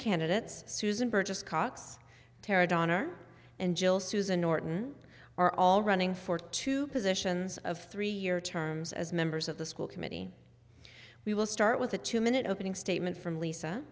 candidates susan burgess cox tara donner and jill souza norton are all running for two positions of three year terms as members of the school committee we will start with a two minute opening statement from lisa